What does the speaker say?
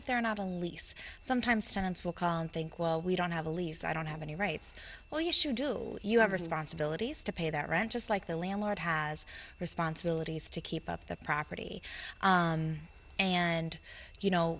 if they're not a lease sometimes tenants will call and think well we don't have a lease i don't have any rights well yes you do you have or sponsibility has to pay that rent just like the landlord has responsibilities to keep up the property and you know